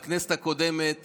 בכנסת הקודמת